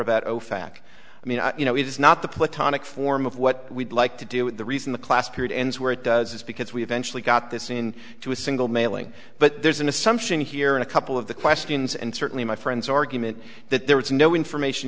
about ofac i mean you know it is not the platonic form of what we'd like to do with the reason the class period ends where it does it's because we eventually got this in to a single mailing but there's an assumption here in a couple of the questions and certainly my friends argument that there is no information